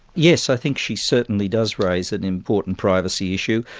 yes, i think she certainly does raise an important privacy issue.